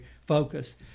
focus